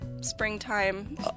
Springtime